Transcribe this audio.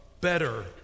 better